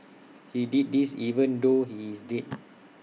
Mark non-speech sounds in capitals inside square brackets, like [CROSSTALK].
[NOISE] he did this even though he is dead